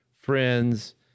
Friends